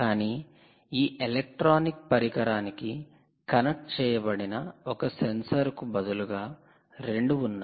కానీ ఈ ఎలక్ట్రానిక్ పరికరానికి కనెక్ట్ చేయబడిన ఒక సెన్సార్కు బదులుగా రెండు ఉన్నాయి